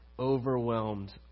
overwhelmed